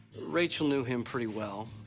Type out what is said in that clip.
rachel knew him pretty well,